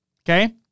Okay